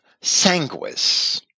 sanguis